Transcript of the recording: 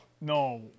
No